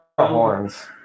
horns